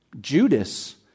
Judas